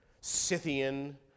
Scythian